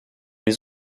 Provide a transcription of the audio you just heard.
les